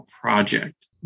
project